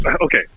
okay